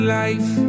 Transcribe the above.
life